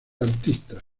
artistas